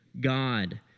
God